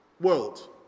world